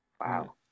Wow